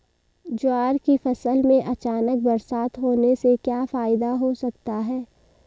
ज्वार की फसल में अचानक बरसात होने से क्या फायदा हो सकता है?